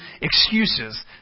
excuses